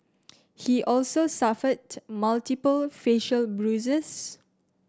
he also suffered multiple facial bruises